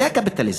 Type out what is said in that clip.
זה הקפיטליזם.